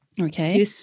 Okay